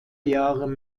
jahre